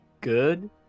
Good